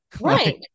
Right